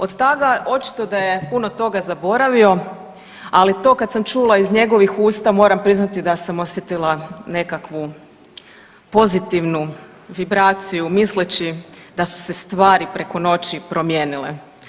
Od tada očito da je puno toga zaboravio, ali to kad sam čula iz njegovih usta moram priznati da sam osjetila nekakvu pozitivnu vibraciju misleći da su se stvari preko noći promijenile.